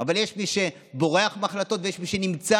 אבל יש מי שבורח מהחלטות ויש מי שנמצא